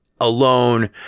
alone